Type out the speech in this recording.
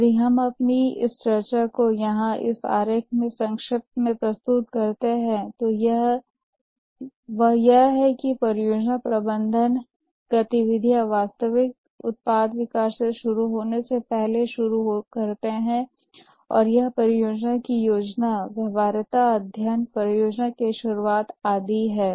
यदि हम अपनी इस चर्चा को यहाँ इस आरेख में संक्षेप में प्रस्तुत करते हैं तो वह यह है कि परियोजना प्रबंधन गतिविधियाँ वास्तविक उत्पाद विकास शुरू होने से पहले शुरू करते हैं और यह परियोजना की योजना व्यवहार्यता अध्ययन परियोजना की शुरुआत आदि है